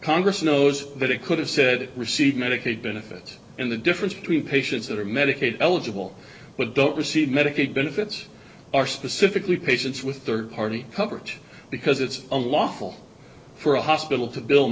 congress knows that it could have said receive medicaid benefits and the difference between patients that are medicaid eligible with don't receive medicaid benefits are specifically patients with third party coverage because it's unlawful for a hospital to bil